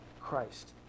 christ